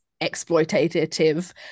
exploitative